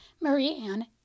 Marie-Anne